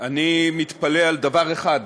אני מתפלא על דבר אחד.